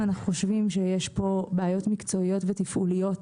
אנו שומעים שיש פה בעיות מקצועיות ותפעוליות